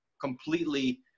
completely